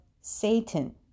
Satan